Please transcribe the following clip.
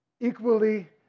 equally